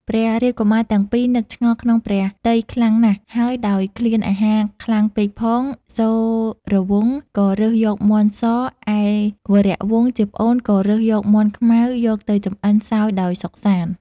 ព្រះរាជ កុមារទាំងពីរ នឹកឆ្ងល់ក្នុងព្រះទ័យខ្លាំងណាស់ហើយដោយឃ្លានអាហារខ្លាំងពេលផង សូរវង្សក៏រើសយកមាន់ស ឯវរវង្សជាប្អូនក៏រើសយកមាន់ខ្មៅយកទៅចម្អិនសោយដោយសុខសាន្ត ។